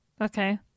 okay